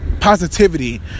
positivity